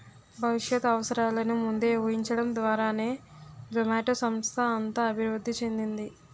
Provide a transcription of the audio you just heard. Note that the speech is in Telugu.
భవిష్యత్ అవసరాలను ముందే ఊహించడం ద్వారానే జొమాటో సంస్థ అంత అభివృద్ధి చెందింది